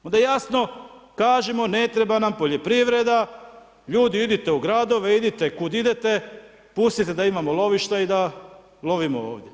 Onda jasno kažimo ne treba nam poljoprivreda, ljudi idite u gradove, idite kud idete, pustite da imamo lovišta i da lovimo ovdje.